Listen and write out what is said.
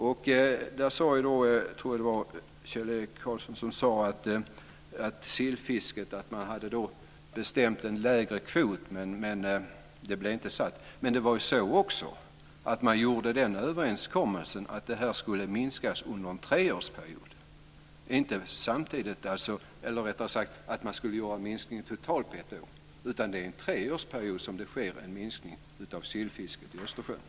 Jag tror att det var Kjell-Erik Karlsson som sade att man hade bestämt en lägre kvot för sillfisket, men den blev inte satt. Men det var också så att man gjorde överenskommelsen att det här skulle minskas under en treårsperiod. Man skulle inte göra minskningen totalt på ett år, utan det är under en treårsperiod som det sker en minskning av sillfisket i Östersjön.